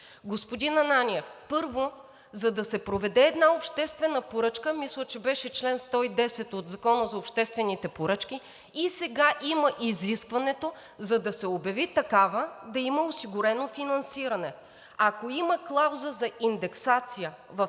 Господин Ананиев, първо, за да се проведе една обществена поръчка, мисля, че беше чл. 110 от Закона за обществените поръчки, и сега има изискването, за да се обяви такава, да има осигурено финансиране. Ако има клауза за индексация